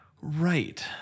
right